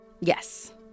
Yes